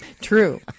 True